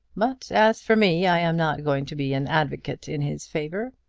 but as for me, i am not going to be an advocate in his favour.